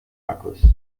akkus